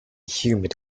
humid